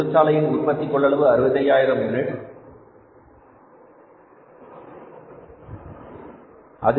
தொழிற்சாலையின் உற்பத்தி கொள்ளளவு 65000 யூனிட்